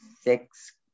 six